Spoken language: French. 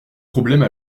problème